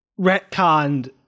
retconned